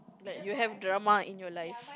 like you have drama in your life